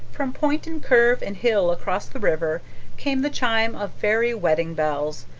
from point and curve and hill across the river came the chime of fairy wedding bells,